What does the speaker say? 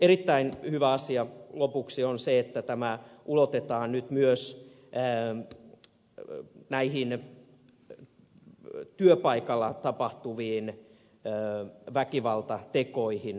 erittäin hyvä asia lopuksi on se että tämä ulotetaan nyt myös työpaikalla tapahtuviin väkivaltatekoihin